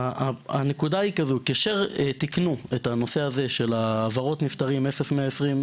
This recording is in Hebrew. כאשר תיקנו את נושא העברות הנפטרים 0120,